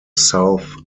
south